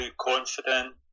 confident